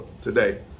today